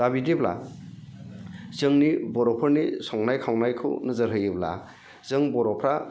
दा बिदिब्ला जोंनि बर'फोरनि संनाय खावनायखौ नोजोर होयोब्ला जों बर'फ्रा